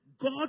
God